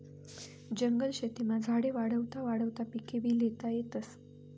जंगल शेतीमा झाडे वाढावता वाढावता पिकेभी ल्हेता येतस